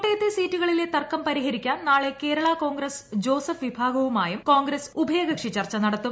കോട്ടയത്തെ സീറ്റുകളിലെ തർക്കം പരിഹരിക്കാൻ നാളെ കേരള കോൺഗ്രസ് ജോസഫ് വിഭാഗവുമായും കോൺഗ്രസ് ഉഭയ കക്ഷി ചർച്ച നടത്തും